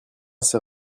ses